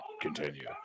continue